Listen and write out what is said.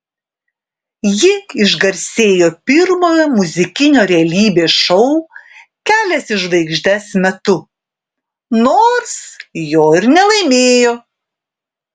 ji išgarsėjo pirmojo muzikinio realybės šou kelias į žvaigždes metu nors jo ir nelaimėjo